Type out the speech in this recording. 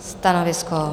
Stanovisko?